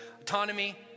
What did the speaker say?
Autonomy